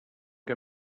que